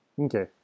Okay